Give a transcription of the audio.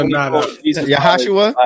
Yahashua